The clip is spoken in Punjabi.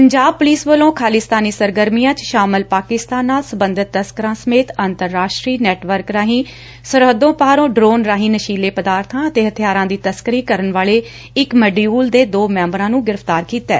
ਪੰਜਾਬ ਪੁਲਿਸ ਵਲੋਂ ਖਾਲਿਸਤਾਨੀ ਸਰਗਰਮੀਆਂ ਚ ਸ਼ਾਮਲ ਪਾਕਿਸਤਾਨ ਨਾਲ ਸਬੰਧਤ ਤਸਕਰਾਂ ਸਮੇਤ ਅੰਤਰਰਾਸ਼ਟਰੀ ਨੈਟਵਰਕ ਰਾਹੀ ਸਰਹੱਦੋਂ ਪਾਰੋਂ ਡਰੋਨ ਰਾਹੀ ਨਸ਼ੀਲੇ ਪਦਾਰਥਾਂ ਅਤੇ ਹਥਿਆਰਾਂ ਦੀ ਤਸਕਰੀ ਕਰਨ ਵਾਲੇ ਇੱਕ ਮਡਿਊਲ ਦੇ ਦੋ ਮੈਂਬਰਾਂ ਨੂੰ ਗ੍ਰਿਫਤਾਰ ਕੀਤੈ